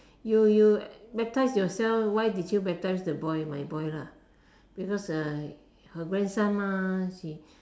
you you baptise yourself why did you baptise the boy my boy lah because uh her grandson mah he